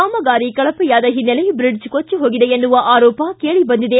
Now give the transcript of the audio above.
ಕಾಮಗಾರಿ ಕಳಪೆಯಾದ ಹಿನ್ನೆಲೆ ಬ್ರಿಡ್ಜ್ ಕೊಟ್ಟಿ ಹೋಗಿದೆ ಎನ್ನುವ ಆರೋಪ ಕೇಳಿ ಬಂದಿದೆ